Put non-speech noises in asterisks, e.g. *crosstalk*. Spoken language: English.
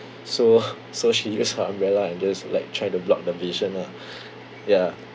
so *breath* so she use her umbrella and just like try to block the vision ah ya